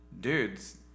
dudes